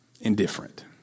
indifferent